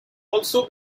also